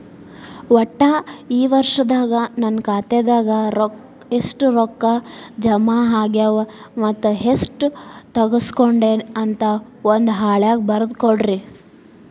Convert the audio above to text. ಒಟ್ಟ ಈ ವರ್ಷದಾಗ ನನ್ನ ಖಾತೆದಾಗ ಎಷ್ಟ ರೊಕ್ಕ ಜಮಾ ಆಗ್ಯಾವ ಮತ್ತ ಎಷ್ಟ ತಗಸ್ಕೊಂಡೇನಿ ಅಂತ ಒಂದ್ ಹಾಳ್ಯಾಗ ಬರದ ಕೊಡ್ರಿ